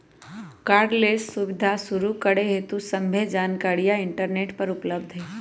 cardless सुबीधा शुरू करे हेतु सभ्भे जानकारीया इंटरनेट पर उपलब्ध हई